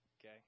Okay